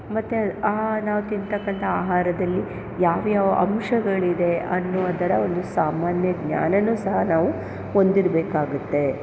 ಮತ್ತು ಆ ನಾವು ತಿಂತಕ್ಕಂಥ ಆಹಾರದಲ್ಲಿ ಯಾವಯಾವ ಅಂಶಗಳಿದೆ ಅನ್ನುವುದರ ಒಂದು ಸಾಮಾನ್ಯ ಜ್ಞಾನನೂ ಸಹ ನಾವು ಹೊಂದಿರ್ಬೇಕಾಗುತ್ತೆ